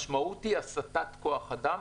המשמעות של זה היא הסטת כוח אדם,